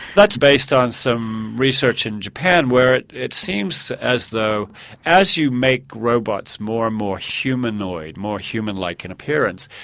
that's based on some research in japan where it it seems as though as you make robots more and more humanoid, more human-like like in appearance,